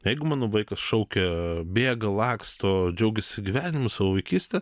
jeigu mano vaikas šaukia bėga laksto džiaugiasi gyvenimu savo vaikyste